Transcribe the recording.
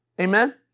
Amen